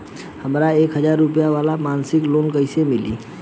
हमरा एक हज़ार रुपया वाला मासिक लोन कईसे मिली?